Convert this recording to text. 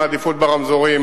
עם העדיפות ברמזורים,